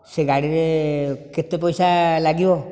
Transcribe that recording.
ସେ ଗାଡ଼ିରେ କେତେ ପଇସା ଲାଗିବ